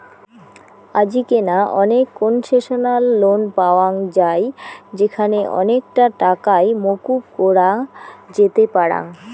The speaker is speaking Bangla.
আজিকেনা অনেক কোনসেশনাল লোন পাওয়াঙ যাই যেখানে অনেকটা টাকাই মকুব করা যেতে পারাং